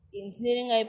engineering